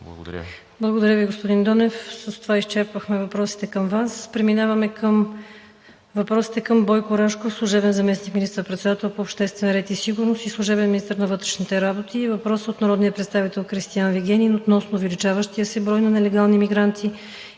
ВАСИЛЕВА: Благодаря Ви, господин Донев. С това изчерпахме въпросите към Вас. Преминаваме към въпросите към Бойко Рашков – служебен заместник министър-председател по обществения ред и сигурност и служебен министър на вътрешните работи. Въпросът е от народния представител Кристиан Вигенин относно увеличаващия се брой на нелегални мигранти,